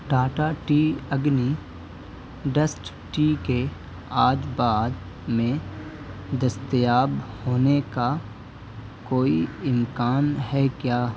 ٹا ٹا ٹی اگنی ڈسٹ ٹی کے آج بعد میں دستیاب ہونے کا کوئی امکان ہے کیا